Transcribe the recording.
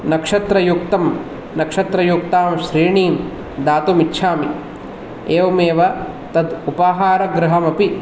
नक्षत्रयुक्तं नक्षत्रयुक्तां श्रेणीं दातुमिच्छामि एवमेव तत् उपाहारगृहमपि